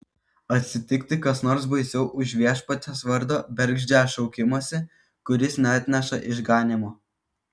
atsitikti kas nors baisiau už viešpaties vardo bergždžią šaukimąsi kuris neatneša išganymo